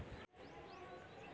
तरल खाद देने के का बिधि है?